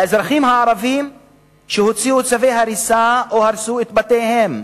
לאזרחים הערבים שהוציאו צווי הריסה או הרסו את בתיהם,